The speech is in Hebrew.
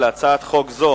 להצעת חוק זו